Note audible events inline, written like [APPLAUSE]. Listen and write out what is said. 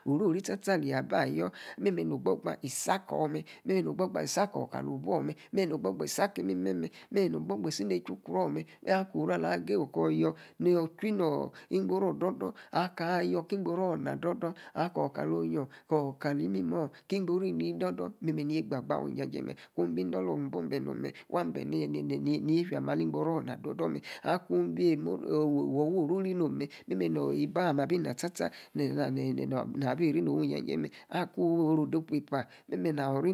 Oro-ri. sta-sta. aleyi abayor. memer. nor ogbo-gba. isi akor mer. memer. nor ogbo-gba. isi akor. kalo-obuo. mer. memer-no- ogbo-gba. isi aki-imimemer. memer. nor-ogbo-gba isi. ne-echu-kro mer. oru. alah. ageyi okor-yor nor. chwi-nor igboru. odo-dor. aka. ayor. ki-igbo-ru na dodor. akor kalor. onyior. kor. kali-imimoh ki-igboru. ini-dodor. memer. ye-baa. awu. ija jie mer. ku bi-idola. oh-bor-beeh. waa beeh. nie-yefia. ma. ali-igboru orr. na. dodor mer aku-bi wu-wuu. ori-ri-nomeh. memer. ni-ebi. amer. abi. na-sta-asta. [UNINTELLIGIBLE] na-bi rie no. owu-ija-jie. mer. aku-oru-odo-opuu-epa-memer-